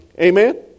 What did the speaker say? Amen